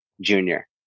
Junior